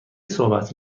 صحبت